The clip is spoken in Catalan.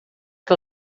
que